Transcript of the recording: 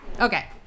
Okay